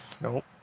Nope